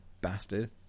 bastard